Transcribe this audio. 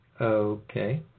Okay